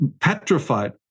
petrified